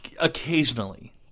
Occasionally